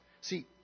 See